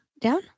Down